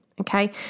okay